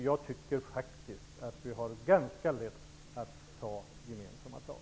Jag tycker faktiskt att vi har ganska lätt att ta gemensamma tag.